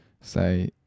say